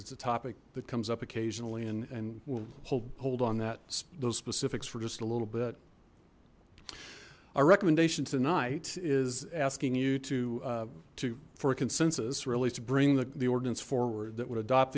it's a topic that comes up occasionally and and we'll hold on that those specifics for just a little bit our recommendation tonight is asking you to two for a consensus rarely to bring the ordinance forward that would adopt